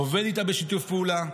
עובד איתה בשיתוף פעולה.